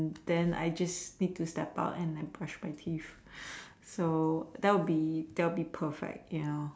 then I just need to step up and like brush my teeth so that would be that would be perfect ya